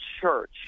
church